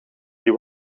die